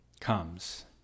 Comes